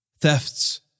thefts